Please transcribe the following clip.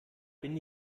bin